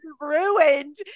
ruined